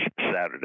Saturday